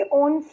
own